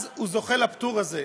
אז הוא זוכה לפטור הזה.